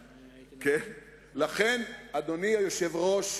לכן, אדוני היושב-ראש,